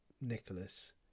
Nicholas